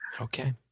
Okay